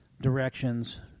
directions